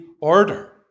order